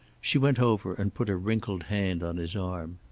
she went over and put a wrinkled hand on his arm.